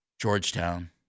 Georgetown